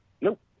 Nope